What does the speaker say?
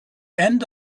end